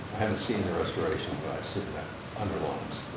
haven't seen the restoration, but i assume that underlines